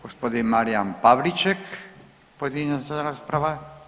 Gospodin Marijan Pavliček pojedinačna rasprava.